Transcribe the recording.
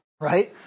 right